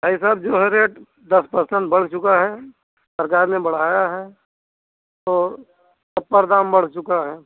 भाई साब जो है रेट दस परसेंट बढ़ चुका है सरकार ने बढ़ाया है तो सब पर दाम बढ़ चुका है